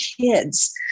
kids